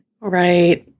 Right